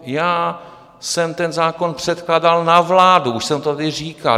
Já jsem ten zákon předkládal na vládu, už jsem to tady říkal.